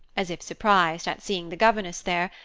as if surprised at seeing the governess there,